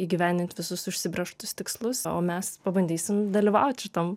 įgyvendint visus užsibrėžtus tikslus o mes pabandysim dalyvaut šitam